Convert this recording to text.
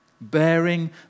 bearing